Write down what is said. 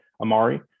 amari